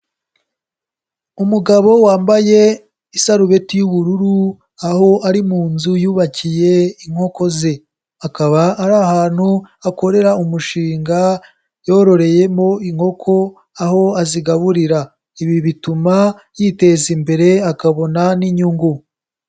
Umugabo wambaye isarubeti y'ubururu aho ari mu nzu yubakiye inkoko ze. Akaba ari ahantu akorera umushinga yororeyemo inkoko aho azigaburira, ibi bituma yiteza imbere akabona n'inyungu.